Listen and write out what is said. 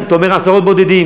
אתה כראש, אתה כראש אכ"א לשעבר,